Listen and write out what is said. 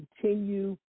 continue